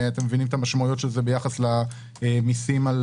אתם מבינים את המשמעויות של זה ביחס למיסים על